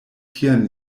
tian